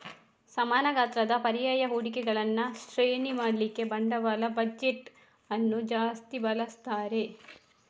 ಸಮಾನ ಗಾತ್ರದ ಪರ್ಯಾಯ ಹೂಡಿಕೆಗಳನ್ನ ಶ್ರೇಣಿ ಮಾಡ್ಲಿಕ್ಕೆ ಬಂಡವಾಳ ಬಜೆಟ್ ಅನ್ನು ಜಾಸ್ತಿ ಬಳಸ್ತಾರೆ